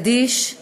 קדיש,